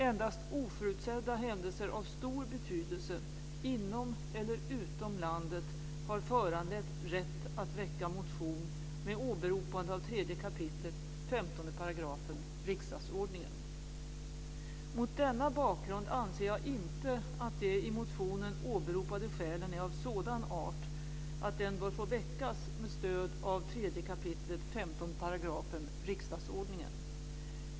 Endast oförutsedda händelser av stor betydelse inom eller utom landet har föranlett rätt att väcka motion med åberopande av 3 kap. 15 § riksdagsordningen. Mot denna bakgrund anser jag inte att de i motionen åberopade skälen är av sådan art att den bör få väckas med stöd av 3 kap. 15 § riksdagsordningen.